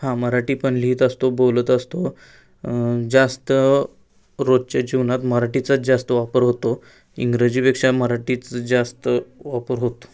हा मराठी पण लिहीत असतो बोलत असतो जास्त रोजच्या जीवनात मराठीचाच जास्त वापर होतो इंग्रजीपेक्षा मराठीच जास्त वापर होतो